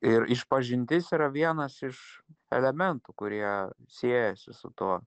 ir išpažintis yra vienas iš elementų kurie siejasi su tuo